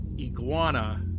iguana